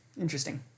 Interesting